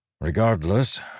Regardless